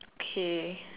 okay